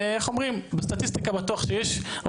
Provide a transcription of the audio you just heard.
איך אומרים, בסטטיסטיקה בטוח שיש.